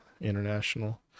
International